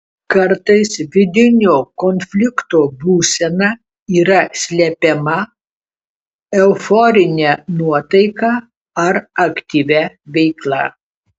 kartais vidinio konflikto būsena yra slepiama euforine nuotaika ar aktyvia veikla